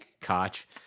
Koch